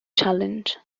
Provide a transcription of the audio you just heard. challenge